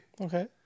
Okay